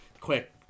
quick